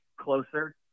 closer